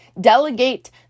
Delegate